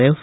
F